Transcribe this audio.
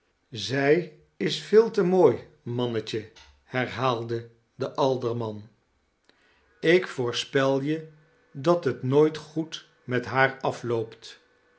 zij is veel te mooi mannetje herhaalde de alderman ik voorspel je i kerstvektellingen dat t nooit goed met haar afloopt